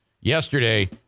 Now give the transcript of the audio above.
yesterday